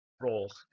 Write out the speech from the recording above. role